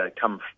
come